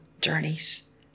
journeys